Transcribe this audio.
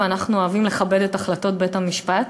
ואנחנו אוהבים לכבד את החלטות בית-המשפט.